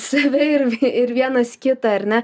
save ir ir vienas kitą ar ne